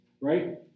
right